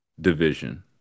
division